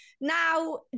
Now